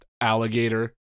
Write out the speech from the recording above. Alligator